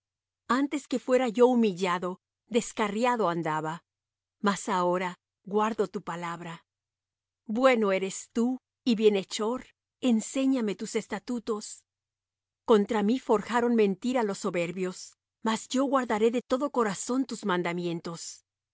antes que fuera yo humillado descarriado andaba mas ahora guardo tu palabra bueno eres tú y bienhechor enséñame tus estatutos contra mí forjaron mentira los soberbios mas yo guardaré de todo corazón tus mandamientos